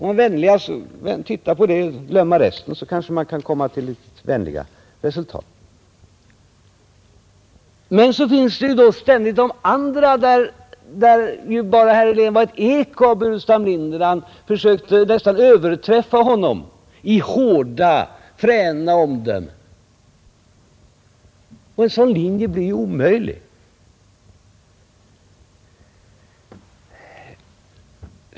Är man vänlig och tittar på det och glömmer resten, så kanske man kan komma till ett bra resultat. Men så fanns det ständigt andra inslag där herr Helén bara var ett eko av herr Burenstam Linder, där han försökte nästan överträffa denne i hårda fräna omdömen. En sådan linje blir omöjlig.